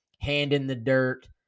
hand-in-the-dirt